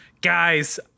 guys